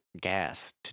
gas